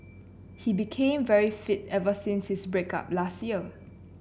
he became very fit ever since his break up last year